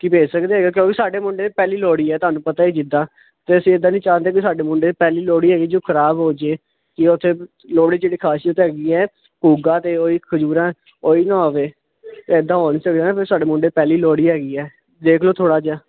ਕੀ ਭੇਜ ਸਕਦੇ ਹੈਗੇ ਕਿਉਂਕਿ ਸਾਡੇ ਮੁੰਡੇ ਪਹਿਲੀ ਲੋੜੀ ਹੈ ਤੁਹਾਨੂੰ ਪਤਾ ਹੀ ਜਿੱਦਾਂ ਅਤੇ ਅਸੀਂ ਇੱਦਾਂ ਨਹੀਂ ਚਾਹੁੰਦੇ ਕਿ ਸਾਡੇ ਮੁੰਡੇ ਦੀ ਪਹਿਲੀ ਲੋਹੜੀ ਹੈਗੀ ਜੋ ਖ਼ਰਾਬ ਹੋ ਜਾਵੇ ਕਿ ਉਥੇ ਲੋੜੀ ਜਿਹੜੀ ਖ਼ਾਸੀਅਤ ਹੈਗੀ ਹੈ ਭੂਗਾ ਅਤੇ ਉਹ ਖਜੂਰਾਂ ਓਹੀ ਨਾ ਹੋਵੇ ਇੱਦਾਂ ਹੋ ਨਹੀਂ ਸਕਦਾ ਫਿਰ ਸਾਡੇ ਮੁੰਡੇ ਪਹਿਲੀ ਲੋੜ ਹੀ ਹੈਗੀ ਹੈ ਦੇਖ ਲਓ ਥੋੜ੍ਹਾ ਜਿਹਾ